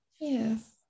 yes